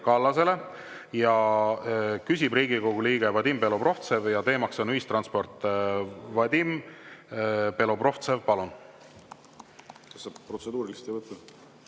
Kallasele. Küsib Riigikogu liige Vadim Belobrovtsev ja teema on ühistransport. Vadim Belobrovtsev, palun!